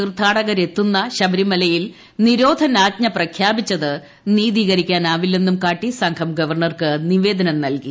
തീർത്ഥാടകരെത്തുന്ന ശബരിമലയിൽ നിരോധനാജ്ഞ പ്രഖ്യാപിച്ചത് നീതീകരിക്കാനാവില്ലെന്നും കാട്ടി സംഘം ഗവർണർക്ക് നിവേദനം നൽകി